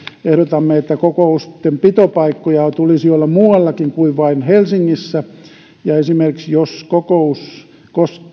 ehdotamme että kokousten pitopaikkoja tulisi olla muuallakin kuin vain helsingissä esimerkiksi jos kokous